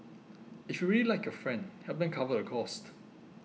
if you really like your friend help them cover the cost